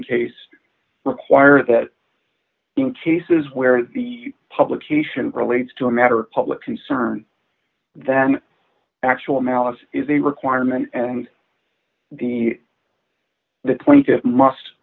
case require that in cases where the publication relates to a matter of public concern than actual malice is a requirement and the